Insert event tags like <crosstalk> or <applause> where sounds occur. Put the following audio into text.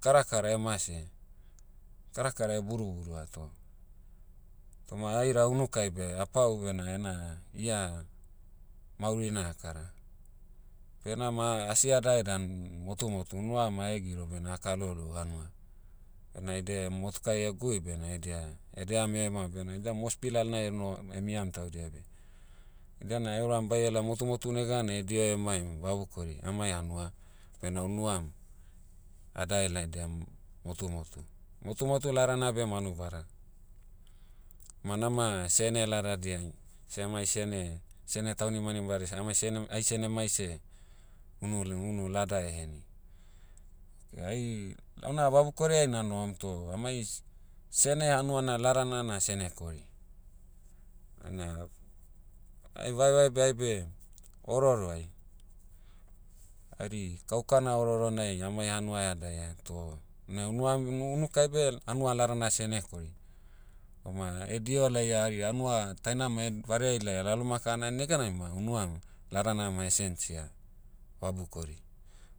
Karakara <hesitation> mase. Karakara <hesitation> buruburua toh- toma aida unukai beh apau bena ena- ia, maurina akara. Toh enama, asi adae dan, motumotu. Unuam a'hegiro bena akalo lou hanua. Ona ede, motukai <hesitation> gui bena edia, edeam ema bena idia mosbi lalonai <hesitation> noh- <hesitation> miam taudia beh. Idia na euram baiela motumotu neganai e'diho emaim vabukori amai hanua, bena unam, adae laidiam, motumotu. Motumotu ladana beh manubada. Ma nama sene ladadiai, semai sene- sene taunimanimbades- amai sene- ai senemai seh, unu- unu lada eheni. Okay ai, launa vabukori'ai nanohom toh amai s- sene hanuana ladana na senekori. Ana- ai vaevae beh aibe, ororo'ai, hari kaukana ororonai amai hanua aea daea toh, na unuam- unu- unukai beh, hanua ladana senekori. Toma <hesitation> diho laia hari hanua tainama <hesitation> vareai laia laloma kanai neganai ma unuam, ladana ma <hesitation> sensia, vabukori.